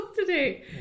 today